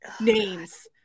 names